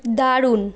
দারুণ